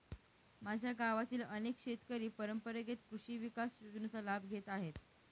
माझ्या गावातील अनेक शेतकरी परंपरेगत कृषी विकास योजनेचा लाभ घेत आहेत